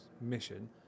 mission